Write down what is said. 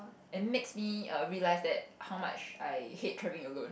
and makes me err realize that how much I hate traveling alone